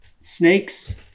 snakes